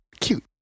cute